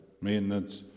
maintenance